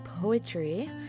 Poetry